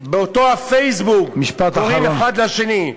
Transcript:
באותו הפייסבוק קוראים האחד לשני.